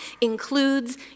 includes